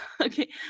okay